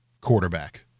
quarterback